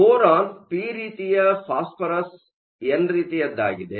boron P ರೀತಿಯ phosphorus N ರೀತಿಯದ್ದಾಗಿದೆ